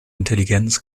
intelligenz